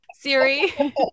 Siri